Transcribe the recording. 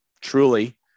truly